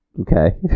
Okay